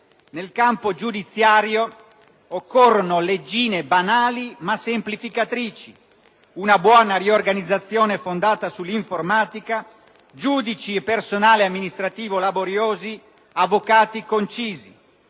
«Nel campo giudiziario occorrono leggine banali ma semplificatrici, una buona riorganizzazione fondata sull'informatica, giudici e personale amministrativo laboriosi, avvocati concisi».